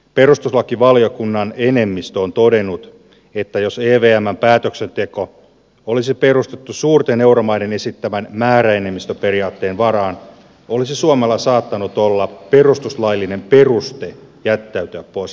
perustuslakivaliokunnan enemmistö on todennut että jos evmn päätöksenteko olisi perustettu suurten euromaiden esittämän määräenemmistöperiaatteen varaan olisi suomella saattanut olla perustuslaillinen peruste jättäytyä pois hankkeesta